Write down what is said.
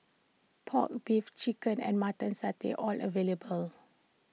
Pork Beef Chicken and Mutton Satay all available